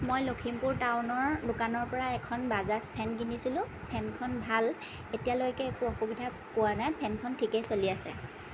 মই লখিমপুৰ টাউনৰ দোকানৰ পৰা এখন বাজাজ ফেন কিনিছিলোঁ ফেনখন ভাল এতিয়ালৈকে একো অসুবিধা পোৱা নাই ফেনখন ঠিকেই চলি আছে